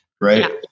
right